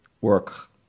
work